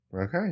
Okay